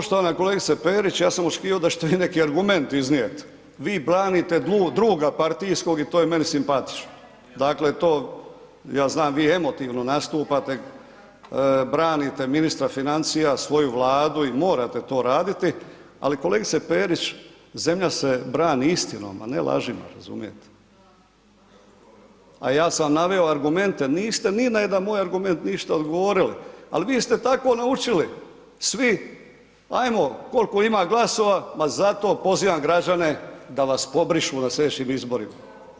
Poštovana kolegice Perić, ja sam očekivao da ćete vi neki argument iznijet, vi branite druga partijskog i to je meni simpatično, dakle to ja znam vi emotivno nastupate, branite ministra financija, svoju Vladu i morate to raditi, ali kolegice Perić zemlja se brani istinom, a ne lažima, razumijete, a ja sam naveo argumente, niste ni na jedan moj argument ništa odgovorili, ali vi ste tako naučili svi, ajmo koliko imam glasova, ma zato pozivam građane da vas pobrišu na slijedećim izborima.